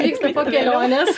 vyksta po kelionės